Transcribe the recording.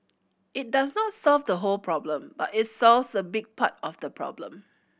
it does not solve the whole problem but it solves a big part of the problem